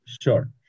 Sure